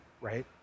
right